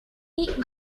eat